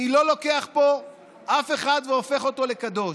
אני לא לוקח פה אף אחד והופך אותו לקדוש.